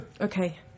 Okay